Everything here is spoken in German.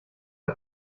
der